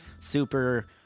super